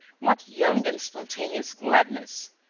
what young and spontaneous gladness!